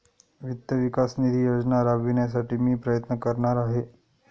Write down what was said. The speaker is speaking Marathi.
वित्त विकास निधी योजना राबविण्यासाठी मी प्रयत्न करणार आहे